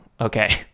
okay